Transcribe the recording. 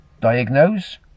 Diagnose